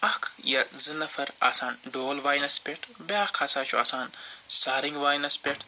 اَکھ یا زٕ نفر آسان ڈول واینَس پٮ۪ٹھ بیٛاکھ ہَسا چھُ آسان سارٔنٛگۍ واینَس پٮ۪ٹھ